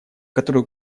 которые